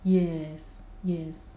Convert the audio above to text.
yes yes